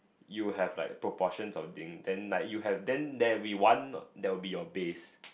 you'll have like a proportions of thing then like you have then there will be one that will be your base